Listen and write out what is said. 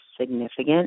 significant